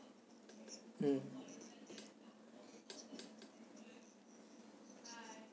mm